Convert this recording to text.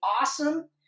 awesome